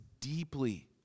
deeply